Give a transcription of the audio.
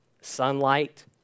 sunlight